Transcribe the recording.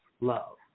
love